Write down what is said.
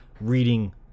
reading